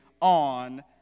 on